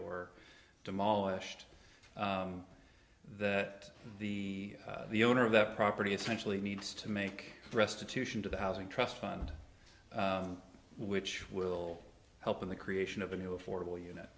or demolished that the the owner of the property essentially needs to make restitution to the housing trust fund which will help in the creation of a new affordable unit